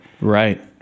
right